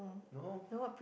no